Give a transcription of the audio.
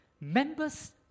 Members